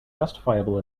justifiable